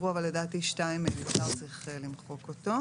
לרבות אדם שקיבל מנת חיסון ראשונה נגד n-cov".